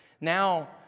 Now